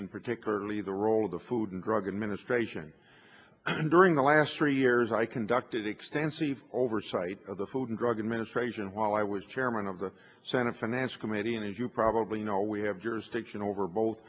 and particularly the role of the food and drug administration and during the last three years i conducted extensive oversight of the food and drug administration while i was chairman of the senate finance committee and as you probably know we have jurisdiction over bo